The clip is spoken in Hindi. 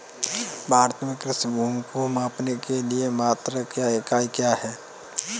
भारत में कृषि भूमि को मापने के लिए मात्रक या इकाई क्या है?